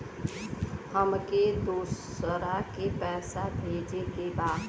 हमके दोसरा के पैसा भेजे के बा?